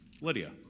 Lydia